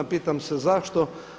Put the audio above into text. Pitam se zašto?